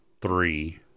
three